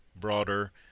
broader